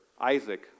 Isaac